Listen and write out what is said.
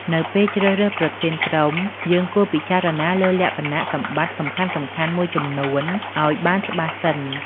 នៅពេលជ្រើសរើសប្រធានក្រុម យើងគួរពិចារណាលើលក្ខណៈសម្បត្តិសំខាន់ៗមួយចំនួនឲ្យបានច្បាស់សិន។